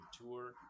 tour